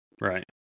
right